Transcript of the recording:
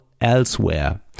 elsewhere